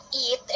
eat